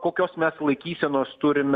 kokios mes laikysenos turim